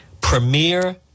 Premier